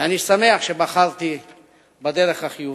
ואני שמח שבחרתי בדרך החיובית.